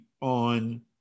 on